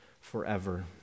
forever